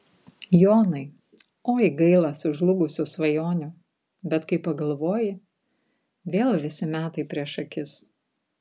jonai oi gaila sužlugusių svajonių bet kai pagalvoji vėl visi metai prieš akis